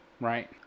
Right